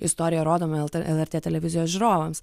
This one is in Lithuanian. istoriją rodome lt lrt televizijos žiūrovams